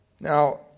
Now